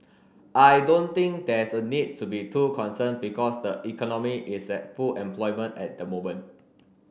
I don't think there's a need to be too concerned because the economy is at full employment at the moment